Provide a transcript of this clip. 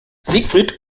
siegfried